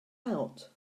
out